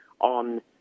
on